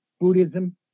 Buddhism